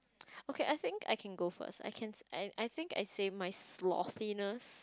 okay I think I can go first I can I I think I save my sloppiness